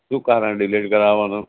શું કારણ ડિલીટ કરાવવાનો